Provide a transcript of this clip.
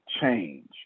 change